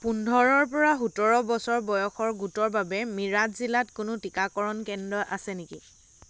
পোন্ধৰৰ পৰা সোতৰ বছৰ বয়সৰ গোটৰ বাবে মিৰাট জিলাত কোনো টিকাকৰণ কেন্দ্ৰ আছে নেকি